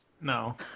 No